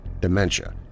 dementia